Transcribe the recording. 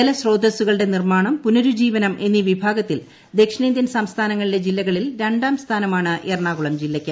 ജലസ്രോതസുകളുടെ നിർമാണം പുനരുജ്ജീവനം എന്നീ വിഭാഗത്തിൽ ദക്ഷിണേന്ത്യൻ സംസ്ഥാനങ്ങളിലെ ജില്ലകളിൽ രണ്ടാം സ്ഥാനമാണ് എറണാകുളം ജില്ലയ്ക്ക്